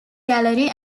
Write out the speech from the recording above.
gallery